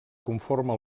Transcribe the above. conforma